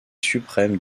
suprême